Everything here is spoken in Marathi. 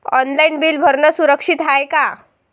ऑनलाईन बिल भरनं सुरक्षित हाय का?